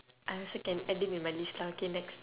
I also can add it in my list lah okay next